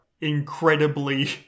incredibly